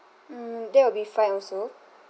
mm that will be fine also